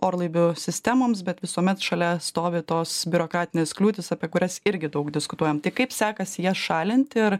orlaivių sistemoms bet visuomet šalia stovi tos biurokratinės kliūtys apie kurias irgi daug diskutuojam tai kaip sekasi jas šalinti ar